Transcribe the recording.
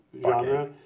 genre